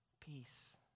Peace